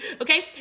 Okay